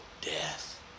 death